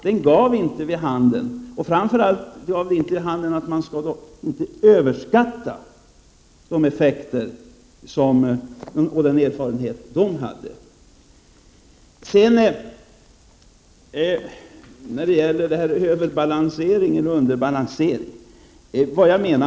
USA-resan gåv vid handen framför allt att man inte skall överskatta effekterna i detta sammanhang och de erfarenheter som fanns. Sedan något om överresp. underbalanseringen.